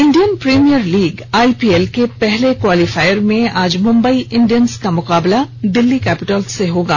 Indian Premier League IPL के पहले qualifier में आज मुंबई इंडियन्स का मुकाबला दिल्ली कैपिटल्स से होगा